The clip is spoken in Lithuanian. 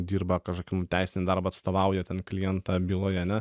dirba kažkokiam teisintį darbą atstovauja ten klientą byloje ane